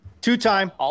Two-time